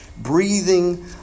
Breathing